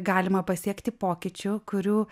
galima pasiekti pokyčių kurių